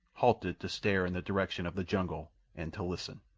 halted to stare in the direction of the jungle and to listen.